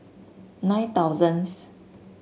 nine thousandth